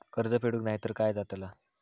कर्ज फेडूक नाय तर काय जाताला?